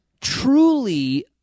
truly